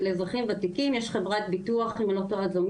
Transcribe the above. לא עזר והוא פנה אלינו.